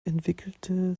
entwickelte